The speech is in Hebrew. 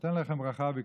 נותן לכם ברכה וקללה,